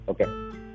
Okay